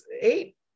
eight